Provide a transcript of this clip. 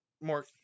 more